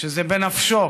שזה בנפשו,